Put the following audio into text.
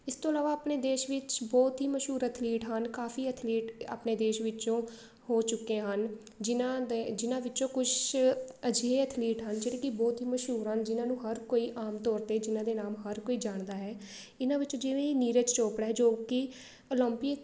ਇਸ ਤੋਂ ਇਲਾਵਾ ਆਪਣੇ ਦੇਸ਼ ਵਿੱਚ ਬਹੁਤ ਹੀ ਮਸ਼ਹੂਰ ਅਥਲੀਟ ਹਨ ਕਾਫੀ ਅਥਲੀਟ ਆਪਣੇ ਦੇਸ਼ ਵਿੱਚੋਂ ਹੋ ਚੁੱਕੇ ਹਨ ਜਿਨ੍ਹਾਂ ਦੇ ਜਿਨ੍ਹਾਂ ਵਿੱਚੋਂ ਕੁਛ ਅਜਿਹੇ ਅਥਲੀਟ ਹਨ ਜਿਹੜੇ ਕਿ ਬਹੁਤ ਹੀ ਮਸ਼ਹੂਰ ਹਨ ਜਿਨ੍ਹਾਂ ਨੂੰ ਹਰ ਕੋਈ ਆਮ ਤੌਰ 'ਤੇ ਜਿਨ੍ਹਾਂ ਦੇ ਨਾਮ ਹਰ ਕੋਈ ਜਾਣਦਾ ਹੈ ਇਹਨਾਂ ਵਿੱਚੋਂ ਜਿਵੇਂ ਨੀਰਜ ਚੋਪੜਾ ਹੈ ਜੋ ਕਿ ਓਲੰਪਿਕ